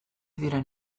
diren